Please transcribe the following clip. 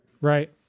Right